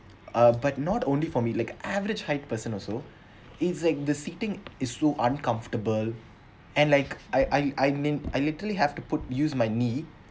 uh but not only for me like average height person also is as the seating is so uncomfortable and like I I mean I literally have to put use my knee